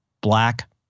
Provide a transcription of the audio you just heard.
black